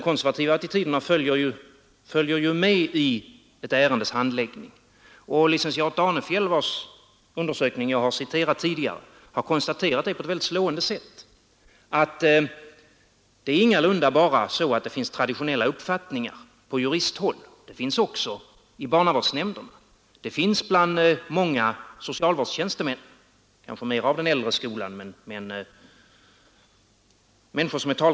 Licentiat Danefjäll, vars undersökning jag har citerat tidigare, har konstaterat på ett mycket slående sätt att det ingalunda bara är så att det finns traditionella uppfattningar på juristhåll. Sådana finns också i barnavårdsnämnderna och bland många socialvårdstjänstemän av den äldre skolan.